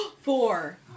Four